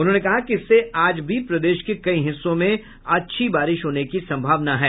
उन्होंने कहा कि इससे आज भी प्रदेश के कई हिस्सों में अच्छी बारिश होने की संभावना है